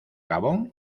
gabón